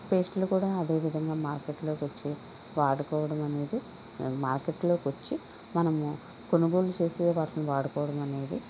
పేస్ట్ల కూడా అదేవిధంగా మార్కెట్లోకి వచ్చి వాడుకోవడం అనేది మార్కెట్లోకి వచ్చి మనము కొనుగోలు చేసి వాటిని వాడుకొవడం అనేది